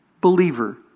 believer